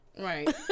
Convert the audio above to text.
Right